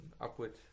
upward